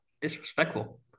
Disrespectful